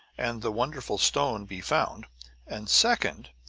and the wonderful stone be found and second,